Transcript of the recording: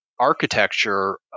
architecture